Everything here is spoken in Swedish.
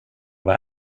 vara